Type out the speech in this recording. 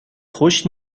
خوش